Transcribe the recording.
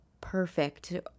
perfect